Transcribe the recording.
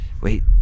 wait